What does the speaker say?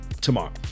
tomorrow